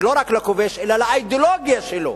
ולא רק לכובש אלא לאידיאולוגיה שלו.